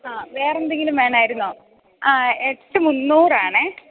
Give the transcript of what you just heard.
അ വേറെന്തെങ്കിലും വേണമായിരുന്നോ എട്ട് മുന്നൂറാണേ